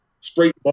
straight